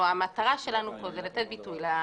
השר רשאי להורות לגבי